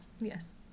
yes